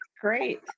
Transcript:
great